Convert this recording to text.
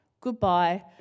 Goodbye